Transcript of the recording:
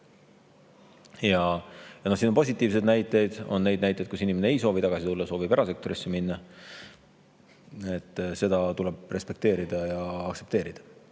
Siin on positiivseid näiteid ja on ka neid näiteid, et inimene ei soovi tagasi tulla, soovib erasektorisse minna. Eks seda tuleb respekteerida ja aktsepteerida.